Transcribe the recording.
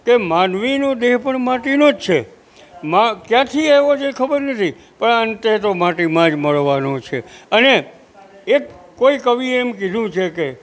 કે માનવીનો દેહ પણ માટીનો જ છે માં ક્યાંથી એવો છે ખબર નથી પણ અંતે તો માટીમાં જ મળવાનો છે અને એક કોઈ કવિએ એમ કીધું છે કે